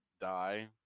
die